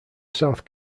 south